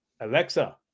Alexa